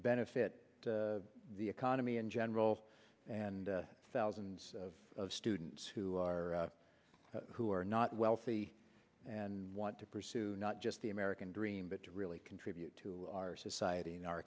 benefit the economy in general and thousands of students who are who are not wealthy and want to pursue not just the american dream but to really contribute to our society in our